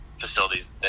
facilities